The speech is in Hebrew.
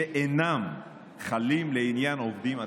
שאינם חלים לעניין עובדים עצמאים.